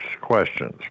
questions